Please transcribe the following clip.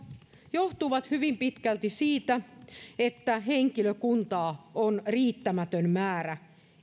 johtuvat hyvin pitkälti siitä että henkilökuntaa on riittämätön määrä